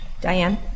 Diane